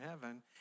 heaven